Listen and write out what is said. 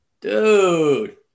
Dude